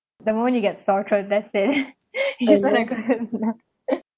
the moment you get sore throat that's it you just gonna gonna have